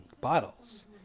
bottles